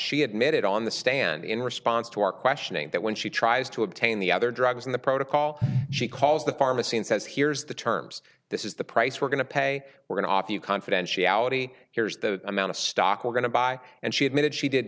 she admitted on the stand in response to our questioning that when she tries to obtain the other drugs in the protocol she calls the pharmacy and says here's the terms this is the price we're going to pay we're going to offer you confidentiality here's the amount of stock we're going to buy and she admitted she did